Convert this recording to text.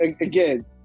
again